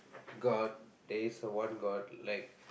god there is one god like